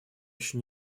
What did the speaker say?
еще